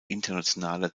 internationaler